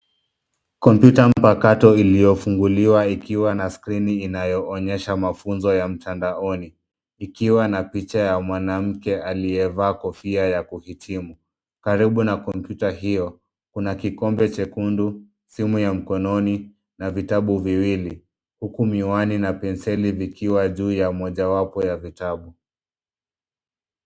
Kompyuta mpakato iliyofunguliwa ikiwa na skrini inayoonyesha mafunzo ya mtandaoni, ikiwa na picha ya mwanamke aliyevaa kofia ya kuhitimu. Karibu na kompyuta hiyo, kuna kikombe chekundu, simu ya mkononi na vitabu viwili. Huku miwani na penseli vikiwa juu ya mojawapo wa vitabu.